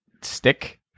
stick